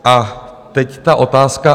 A teď ta otázka.